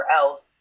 else